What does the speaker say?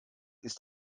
ist